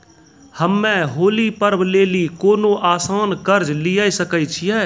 हम्मय होली पर्व लेली कोनो आसान कर्ज लिये सकय छियै?